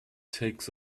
takes